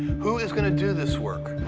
who is gonna do this work?